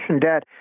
debt